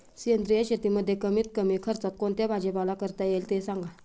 सेंद्रिय शेतीमध्ये कमीत कमी खर्चात कोणता भाजीपाला करता येईल ते सांगा